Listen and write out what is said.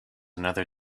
another